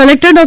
collector Dr